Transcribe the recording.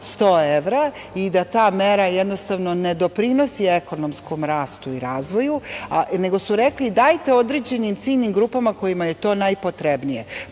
sto evra i da ta mera jednostavno ne doprinosi ekonomskom rastu i razvoju, nego su rekli dajte određenim ciljnim grupama kojima je to najpotrebnije.